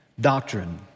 doctrine